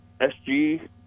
SG